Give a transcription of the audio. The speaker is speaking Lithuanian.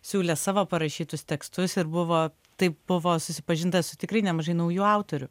siūlė savo parašytus tekstus ir buvo taip buvo susipažinta su tikrai nemažai naujų autorių